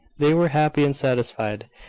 they were happy and satisfied.